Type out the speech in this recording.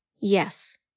Yes